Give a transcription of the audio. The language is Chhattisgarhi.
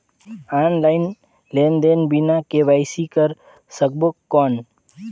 ऑनलाइन लेनदेन बिना के.वाई.सी कर सकबो कौन??